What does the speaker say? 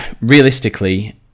realistically